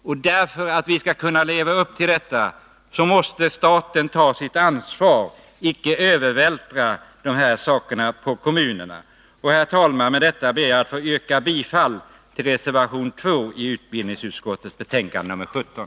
Om vi skall kunna leva upp till detta, måste staten ta sitt ansvar. Ansvaret får icke övervältras på kommunerna. Herr talman! Med det anförda yrkar jag bifall till reservation 2 som är fogad vid utbildningsutskottets betänkande nr 17.